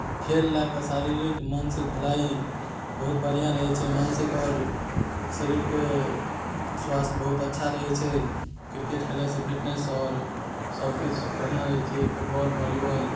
खेल लए कऽ शारीरिक मानसिक भलाइ बहुत बढ़िऑं रहै छै मानसिक आओर शरीरके स्वास्थ्य बहुत अच्छा रहै छै क्रिकेट खेलए सँ फिटनेस आओर सब किछु बढ़िऑं रहै छै फुटबॉल भोलिबॉल